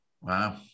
Wow